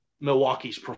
Milwaukee's